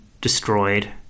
destroyed